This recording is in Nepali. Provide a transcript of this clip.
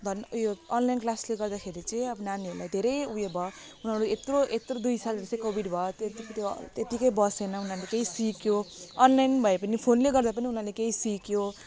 धन्य ऊ यो अनलाइन क्लासले गर्दाखेरि चाहिँ अब नानीहरूलाई धेरै ऊ यो भयो उनीहरू यत्रो यत्रो दुई साल जस्तै कोभिड भयो त्यो त्यतिकै बसेन उनीहरूले केही सिक्यो अनलाइन भए पनि फोनले गर्दा पनि उनीहरूले केही सिक्यो